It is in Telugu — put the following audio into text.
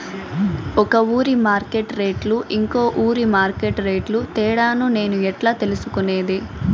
ఒక ఊరి మార్కెట్ రేట్లు ఇంకో ఊరి మార్కెట్ రేట్లు తేడాను నేను ఎట్లా తెలుసుకునేది?